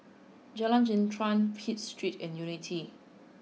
Jalan Jintan Pitt Street and Unity